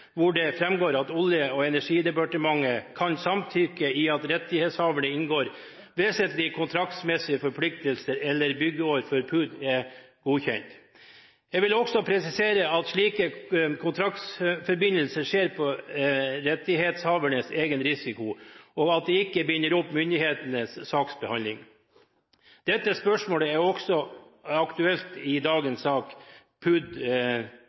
hvor det framgår at Olje og energidepartementet kan samtykke i at rettighetshaverne inngår vesentlige kontraktsmessige forpliktelser eller byggearbeider før PUD er godkjent. Jeg vil også presisere at slike kontraktsforbindelser skjer på rettighetshavernes egen risiko, og at det ikke binder opp myndighetenes saksbehandling. Dette spørsmålet er også aktuelt i dagens sak nr. 2, PUD